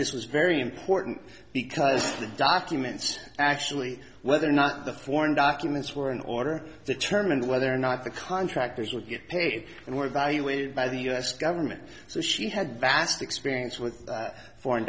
this was very important because the documents actually whether or not the foreign documents were in order to determine whether or not the contractors would get paid and were evaluated by the u s government so she had vast experience with foreign